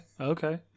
Okay